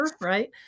right